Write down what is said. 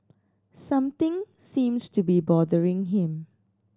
something seems to be bothering him